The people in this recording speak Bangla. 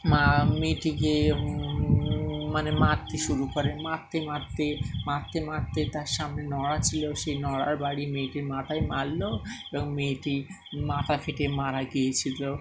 মা মেয়েটিকে মানে মারতে শুরু করে মারতে মারতে মারতে মারতে তার সামনে নোড়া ছিল সেই নোড়ার বাড়ি মেয়েটির মাথায় মারল এবং মেয়েটির মাথা ফেটে মারা গিয়েছিল